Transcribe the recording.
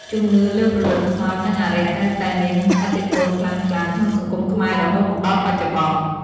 ជំនឿលើព្រលឹងខ្មោច និងអារក្សនៅតែមានឥទ្ធិពលខ្លាំងក្លាក្នុងសង្គមខ្មែររហូតមកដល់បច្ចុប្បន្ន។